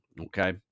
Okay